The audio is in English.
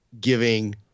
giving